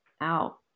out